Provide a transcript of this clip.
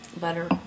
Butter